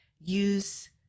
use